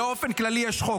באופן כללי יש חוק.